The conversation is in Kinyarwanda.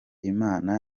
imana